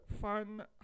fun